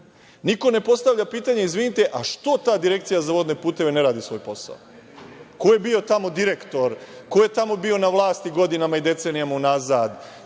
Niko ne postavlja pitanje – izvinite, što ta Direkcija za vodne puteve ne radi svoj posao, ko je bio tamo direktor, ko je bio tamo godinama na vlasti i decenijama unazad,